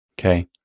Okay